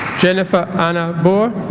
jennifer anna boere